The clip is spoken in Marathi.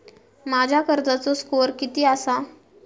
माझ्या कर्जाचो स्कोअर किती आसा?